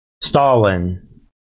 Stalin